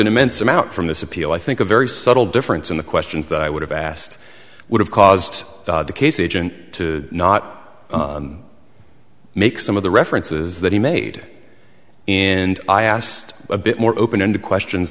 an immense amount from this appeal i think a very subtle difference in the questions that i would have asked would have caused the case agent to not makes some of the references that he made and i asked a bit more open ended questions